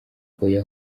oya